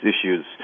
issues